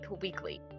Weekly